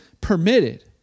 permitted